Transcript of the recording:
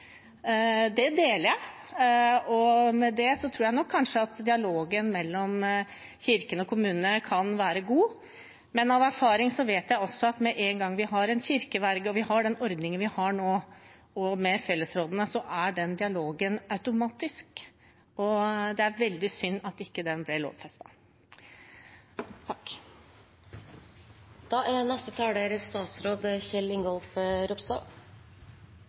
Det deler jeg, og med det tror jeg kanskje at dialogen mellom Kirken og kommunene kan være god. Men av erfaring vet jeg også at med en gang vi har en kirkeverge og vi har den ordningen vi nå har med fellesrådene, er den dialogen automatisk. Det er veldig synd at den ikke ble